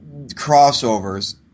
crossovers